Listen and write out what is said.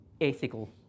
ethical